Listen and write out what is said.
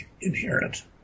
inherent